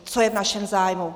Co je v našem zájmu?.